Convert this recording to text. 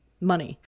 money